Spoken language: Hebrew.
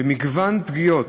יש מגוון פגיעות,